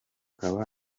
aba